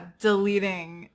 Deleting